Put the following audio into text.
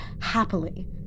happily